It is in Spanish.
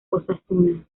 osasuna